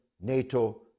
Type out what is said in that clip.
NATO